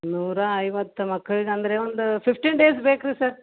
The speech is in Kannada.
ನೂರ ಐವತ್ತು ಮಕ್ಳಿಗೆ ಅಂದರೆ ಒಂದು ಫಿಫ್ಟೀನ್ ಡೇಸ್ ಬೇಕು ರೀ ಸರ್